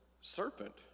serpent